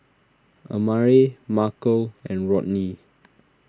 Amare Markel and Rodney